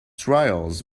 trials